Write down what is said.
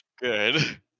Good